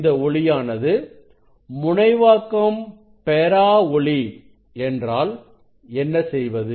இந்த ஒளியானது முனைவாக்கம் பெறாத ஒளி என்றால் என்ன செய்வது